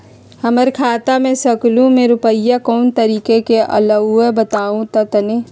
हमर खाता में सकलू से रूपया कोन तारीक के अलऊह बताहु त तनिक?